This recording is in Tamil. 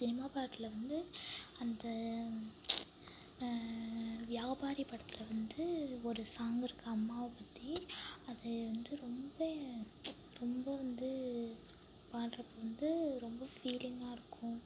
சினிமா பாட்டில் வந்து அந்த இப்போ வியாபாரி படத்தில் வந்து ஒரு சாங் இருக்கு அம்மாவை பற்றி அது வந்து ரொம்ப ரொம்ப வந்து பாடுகிறப்ப வந்து ரொம்ப ஃபீலிங்காக இருக்கும்